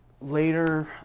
later